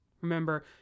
Remember